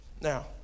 Now